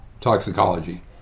toxicology